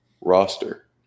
roster